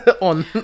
on